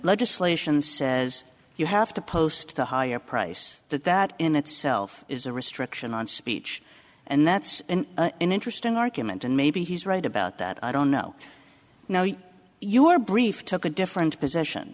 legislation says you have to post the higher price that that in itself is a restriction on speech and that's an interesting argument and maybe he's right about that i don't know now you were briefed took a different position